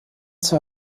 zur